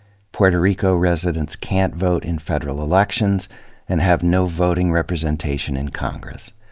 puerto rico residents can't vote in federal elections and have no voting representation in congress.